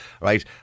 right